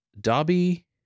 Dobby